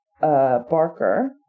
Barker